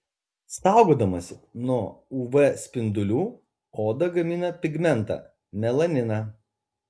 saugodamasi nuo uv spindulių oda gamina pigmentą melaniną